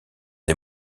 des